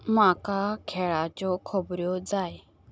म्हाका खेळाच्यो खबऱ्यो जाय